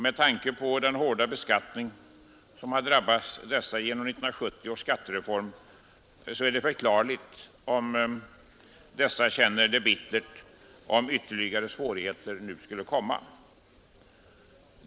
Med tanke på den hårda beskattning som drabbat dessa genom 1970 års skattereform är det förklarligt att de känner det bittert om ytterligare svårigheter nu skulle komma.